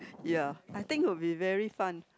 ya I think would be very fun